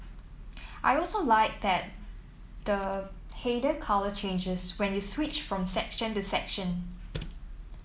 I also like that the the header colour changes when you switch from section to section